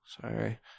Sorry